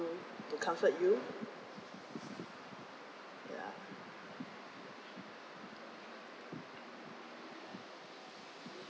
so to comfort you ya